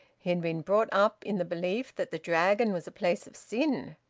he had been brought up in the belief that the dragon was a place of sin.